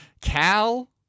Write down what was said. Cal